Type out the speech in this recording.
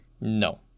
no